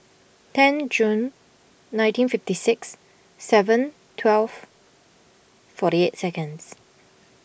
ten Jun nineteen fifty six seven twelve forty eight seconds